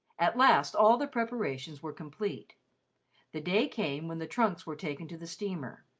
at last all the preparations were complete the day came when the trunks were taken to the steamer,